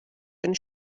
einen